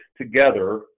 together